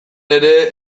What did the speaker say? ere